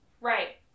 Right